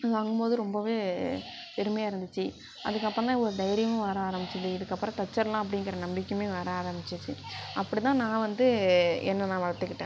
அது வாங்கும் போது ரொம்பவே பெருமையாக இருந்துச்சு அதுக்கப்புறம் தான் ஒரு தைரியமும் வர ஆரம்பிச்சது இதுக்கப்புறம் தைச்சிறலாம் அப்படிங்கிற நம்பிக்கையுமே வர ஆரம்பிச்சிச்சு அப்படி தான் நான் வந்து என்ன நான் வளர்த்துக்கிட்டேன்